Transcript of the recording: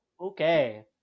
Okay